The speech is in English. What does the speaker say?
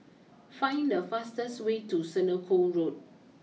find the fastest way to Senoko Road